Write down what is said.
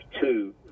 two